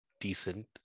decent